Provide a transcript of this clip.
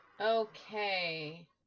Okay